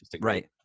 Right